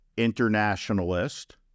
internationalist